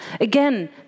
again